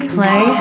Play